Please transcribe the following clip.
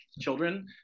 children